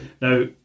Now